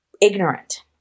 ignorant